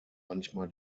manchmal